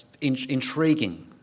Intriguing